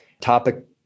topic